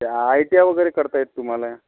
त्या I T I वगैरे करता येतं तुम्हाला